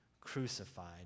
crucified